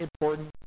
important